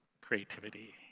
creativity